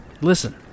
listen